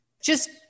just-